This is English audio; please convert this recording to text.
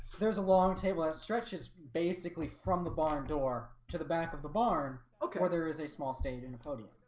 there's a long table that stretches basically from the barn door to the back of the barn okay, where there is a small stage in a podium,